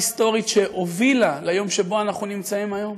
תנועה היסטורית שהובילה ליום שבו אנחנו נמצאים היום,